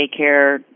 daycare